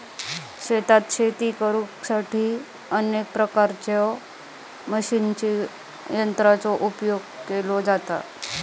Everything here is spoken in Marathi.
शेतात शेती करुसाठी अनेक प्रकारच्या मशीन यंत्रांचो वापर केलो जाता